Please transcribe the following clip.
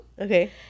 Okay